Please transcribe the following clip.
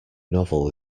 novel